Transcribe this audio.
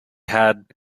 had